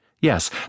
Yes